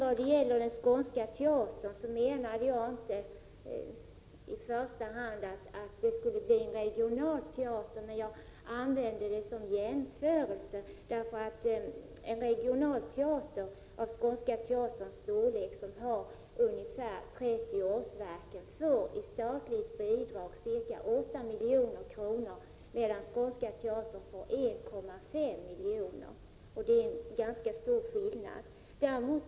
Vad sedan gäller Skånska teatern menade jag inte i första hand att den skulle bli en regional teater. Jag nämnde den som jämförelse. En regional teater av Skånska teaterns storlek som har ungefär 30 årsverken får i statligt bidrag ca 8 milj.kr. medan Skånska teatern får 1,5 milj.kr.